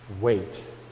Wait